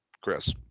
Chris